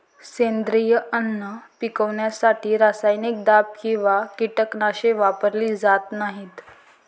सेंद्रिय अन्न पिकवण्यासाठी रासायनिक दाब किंवा कीटकनाशके वापरली जात नाहीत